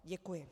Děkuji.